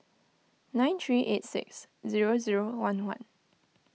nine three eight six zero zero one one